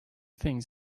things